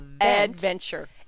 Adventure